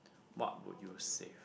what would you save